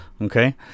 Okay